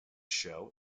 show